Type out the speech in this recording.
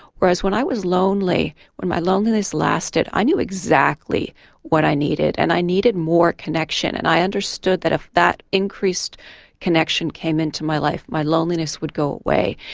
whereas when i was lonely, when my loneliness lasted i knew exactly what i needed and i needed more connection and i understood that if that increased connection came into my life my loneliness would go away.